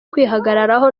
kwihagararaho